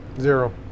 Zero